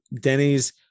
Denny's